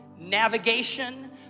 navigation